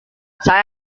saya